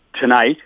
tonight